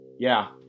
Yeah